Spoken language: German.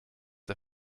der